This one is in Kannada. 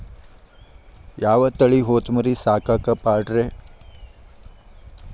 ಯಾವ ತಳಿ ಹೊತಮರಿ ಸಾಕಾಕ ಪಾಡ್ರೇ?